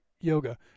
yoga